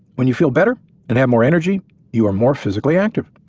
when you feel better and have more energy you are more physically active.